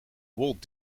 walt